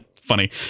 funny